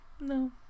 no